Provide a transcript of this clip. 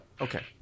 Okay